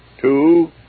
Two